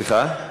סליחה?